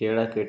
ಕೇಳಕ್ಕೆ